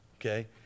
Okay